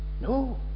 no